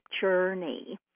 journey